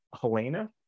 helena